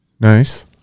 Nice